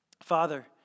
Father